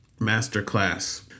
masterclass